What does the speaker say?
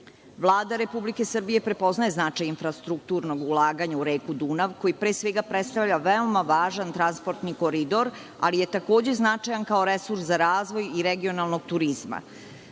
Vlada Republike Srbije prepoznaje značaj infrastrukturnog ulaganja u reku Dunav koji pre svega predstavlja veoma važan transportni koridor ali je takođe značajan kao resurs za razvoj i regionalnog turizma. Primenu